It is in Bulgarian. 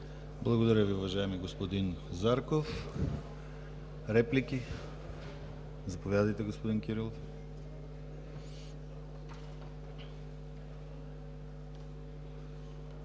Благодаря Ви, уважаеми господин Зарков. Реплики? Заповядайте, господин Кирилов.